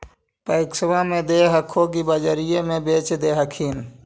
पैक्सबा मे दे हको की बजरिये मे बेच दे हखिन?